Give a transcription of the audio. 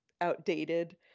outdated